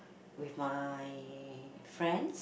with my friends